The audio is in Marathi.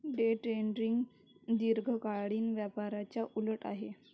डे ट्रेडिंग दीर्घकालीन व्यापाराच्या उलट आहे